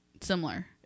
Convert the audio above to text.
similar